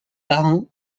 parrain